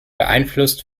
beeinflusst